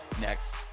next